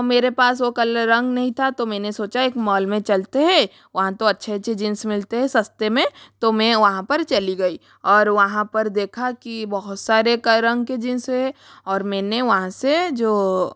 मेरे पास वो कलर रंग नहीं था तो मैंने सोचा एक मॉल में चलते हैं वहाँ तो अच्छे अच्छे जीन्स मिलते हैं सस्ते में तो मैं वहाँ पर चली गई और वहाँ पर देखा कि बहुत सारे का रंग के जीन्स हैं और मैंने वहाँ से जो